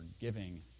giving